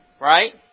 Right